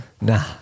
Nah